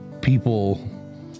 people